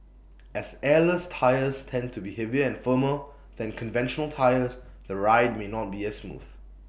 as airless tyres tend to be heavier and firmer than conventional tyres the ride may not be as smooth